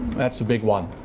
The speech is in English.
that's a big one.